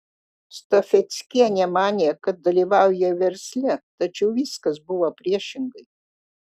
stafeckienė manė kad dalyvauja versle tačiau viskas buvo priešingai